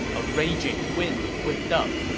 a raging wind whipped up,